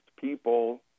people